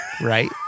right